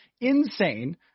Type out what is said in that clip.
Insane